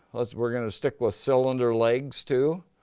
we're gonna stick with cylinder legs too.